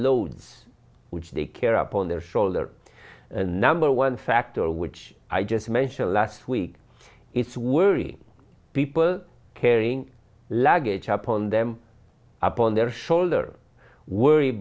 loads which they care upon their shoulder and number one factor which i just mentioned last week it's worrying people carrying luggage upon them upon their shoulder worry